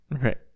Right